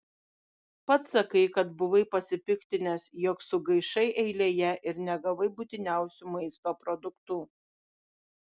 pats sakai kad buvai pasipiktinęs jog sugaišai eilėje ir negavai būtiniausių maisto produktų